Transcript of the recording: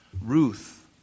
Ruth